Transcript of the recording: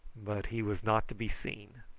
but he was not to be seen.